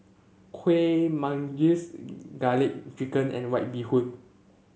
Kueh Manggis garlic chicken and White Bee Hoon